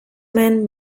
man